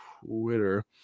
Twitter